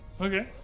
Okay